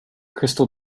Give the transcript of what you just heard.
crystal